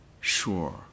sure